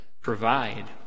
provide